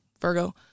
Virgo